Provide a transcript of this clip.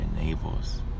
enables